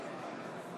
ההצבעה תהיה אלקטרונית.